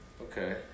Okay